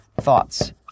thoughts